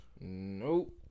Nope